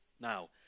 Now